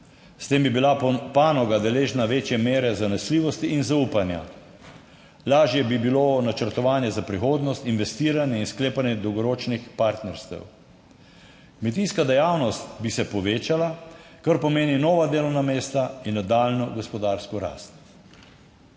S tem bi bila panoga deležna večje mere zanesljivosti in zaupanja. Lažje bi bilo načrtovanje za prihodnost, investiranje in sklepanje dolgoročnih partnerstev. Kmetijska dejavnost bi se povečala, kar pomeni nova delovna mesta in nadaljnjo gospodarsko rast.